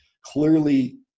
clearly